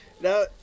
Now